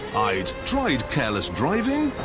i'd tried careless driving.